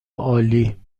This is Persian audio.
عالی